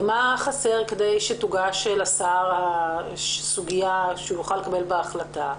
מה חסר כדי שתוגש לשר הסוגייה כדי שהוא יוכל לקבל החלטה?